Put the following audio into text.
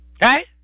Right